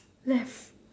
left